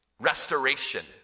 Restoration